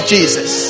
Jesus